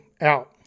out